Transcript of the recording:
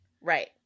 Right